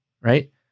right